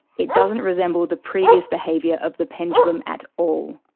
it doesn't resemble the previous behaviour of the pendulum at all.